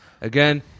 Again